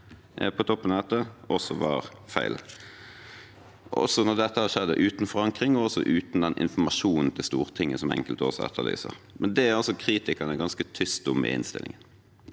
på toppen av dette også var feil, også når det har skjedd uten forankring, og også uten den informasjonen til Stortinget som enkelte etterlyser. Men det er altså kritikerne ganske tyste om i innstillingen.